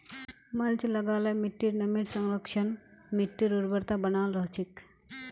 mulch लगा ल मिट्टीर नमीर संरक्षण, मिट्टीर उर्वरता बनाल रह छेक